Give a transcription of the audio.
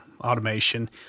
automation